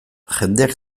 jendeak